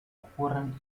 ocurren